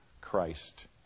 Christ